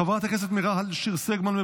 חברת הכנסת מיכל שיר סגמן,